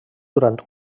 durant